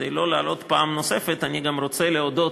כדי לא לעלות פעם נוספת, אני רוצה להודות